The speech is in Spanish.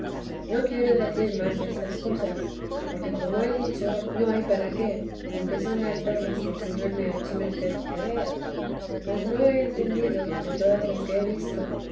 no quiero decir más destas cosas porque como he dicho no hay para qué aunque son hartas las que el señor me ha hecho merced que vea mas no he entendido de todas las que he visto